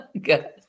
Good